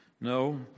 No